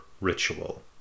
ritual